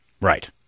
Right